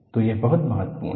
तो यह बहुत महत्वपूर्ण है